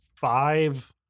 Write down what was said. five